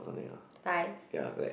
five